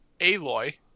Aloy